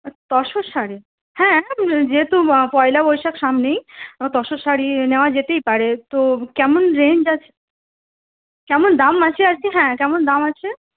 তসর শাড়ি হ্যাঁ যেহেতু পয়লা বৈশাখ সামনেই তসর শাড়ি নেওয়া যেতেই পারে তো কেমন রেঞ্জ আছে কেমন দাম আছে আর কি হ্যাঁ কেমন দাম আছে